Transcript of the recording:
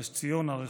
נס ציונה,